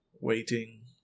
waiting